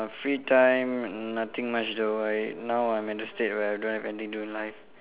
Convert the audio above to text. free time nothing much though I now I'm in a state where I don't have anything to do in life